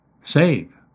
save